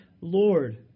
Lord